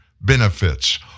benefits